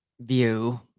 view